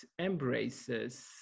embraces